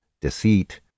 deceit